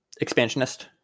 Expansionist